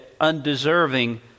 undeserving